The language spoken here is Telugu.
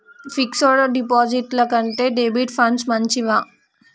ఫిక్స్ డ్ డిపాజిట్ల కంటే డెబిట్ ఫండ్స్ మంచివా?